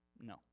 No